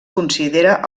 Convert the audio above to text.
considera